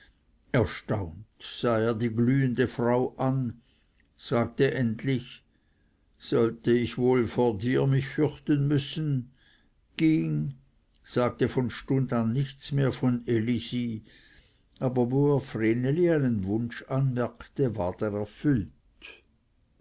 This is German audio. erstaunt sah er die glühende frau an sagte endlich sollte ich wohl vor dir mich fürchten müssen ging sagte von stunde an nichts mehr von elisi aber wo er vreneli einen wunsch anmerkte ward er erfüllt